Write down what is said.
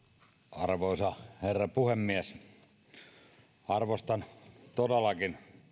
arvoisa herra puhemies arvostan todellakin